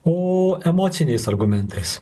o emociniais argumentais